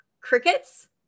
crickets